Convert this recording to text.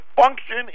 function